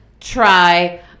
try